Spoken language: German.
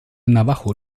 navajo